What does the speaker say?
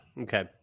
Okay